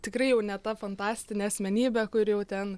tikrai jau ne ta fantastinė asmenybė kuri jau ten